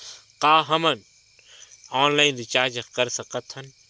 का हम online recharge कर सकत हन?